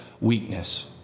weakness